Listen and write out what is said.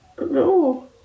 No